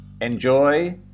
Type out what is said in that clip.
Enjoy